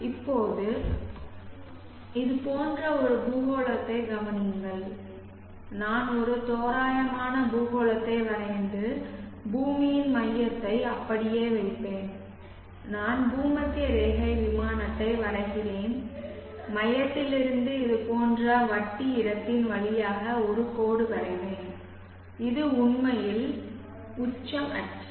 இப்போது இது போன்ற ஒரு பூகோளத்தைக் கவனியுங்கள் நான் ஒரு தோராயமான பூகோளத்தை வரைந்து பூமியின் மையத்தை அப்படியே வைப்பேன் நான் பூமத்திய ரேகை விமானத்தை வரைகிறேன் மையத்திலிருந்து இதுபோன்ற வட்டி இடத்தின் வழியாக ஒரு கோடு வரைவேன் இது உண்மையில் உச்சம் அச்சு